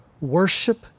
worship